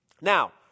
Now